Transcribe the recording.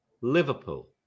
Liverpool